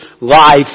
life